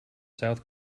south